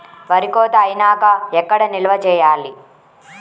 వరి కోత అయినాక ఎక్కడ నిల్వ చేయాలి?